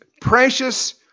precious